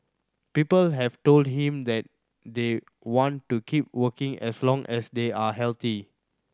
people have told him that they want to keep working as long as they are healthy